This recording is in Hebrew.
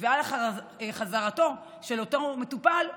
ועל חזרתו של אותו מטופל לקהילה.